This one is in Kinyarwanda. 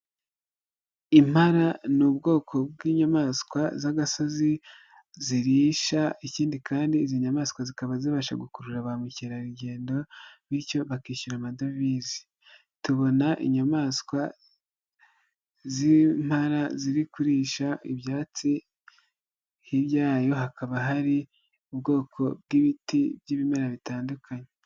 Impara ni ubwoko bw'inyamaswa z'agasozi zirisha, ikindi kandi izi nyamaswa zikaba zibasha gukurura ba mukerarugendo bityo bakishyura amadevize. tubona inyamaswa z'ipara ziri kurisha ibyatsi, hirya yayo hakaba hari ubwoko bw'ibiti by'ibimera bitandukanye.